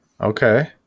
Okay